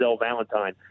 Valentine